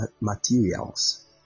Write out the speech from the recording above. materials